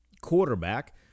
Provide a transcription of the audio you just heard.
quarterback